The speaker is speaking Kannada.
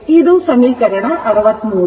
ಇದು ಸಮೀಕರಣ 63